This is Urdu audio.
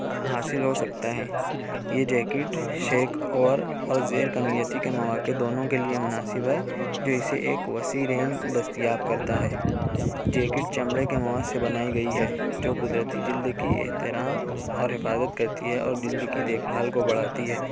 حاصل ہو سکتے ہیں یہ جیکٹ شیک اوور اور زیر کمیتی کے مواقع دونوں کے لئے مناسب ہے جو اسے ایک وسیع رین دستیاب کرتا ہے جیکٹ چمڑے کے مواد سے بنائی گئی ہے جو قدرتی جلد کی احترام اور حفاظت کرتی ہے اور جلد کی دیکھ بھال کو بڑھاتی ہے